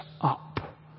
up